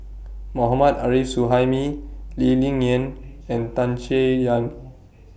Mohammad Arif Suhaimi Lee Ling Yen and Tan Chay Yan